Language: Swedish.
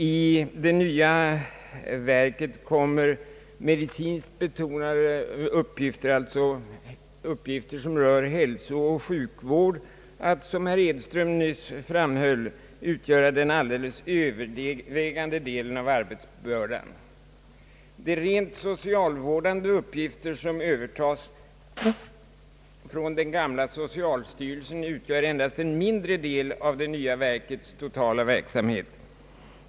I det nya verket kommer medicinskt betonade uppgifter, alltså uppgifter som rör hälsooch sjukvård, att som herr Edström nyss framhöll utgöra den alldeles övervägande delen av arbetsbördan. De rent socialvårdande uppgifter, som övertas från den gamla socialstyrelsen, utgör endast en mindre del av det nya verkets totala verksamhet.